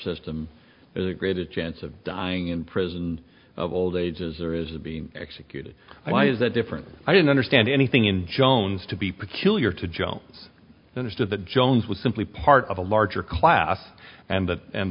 there's a greater chance of dying in prison of old age as there is a being executed why is that different i didn't understand anything in jones to be peculiar to jones understood that jones was simply part of a larger class and that and